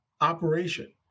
operation